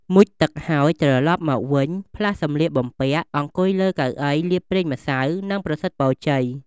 មុជទឹកហើយត្រឡប់មកវិញ ផ្លាស់សំលៀកបំពាក អង្គុយលើកៅអីលាបប្រេងម្សៅ និងប្រសិទ្ធពរជ័យ ។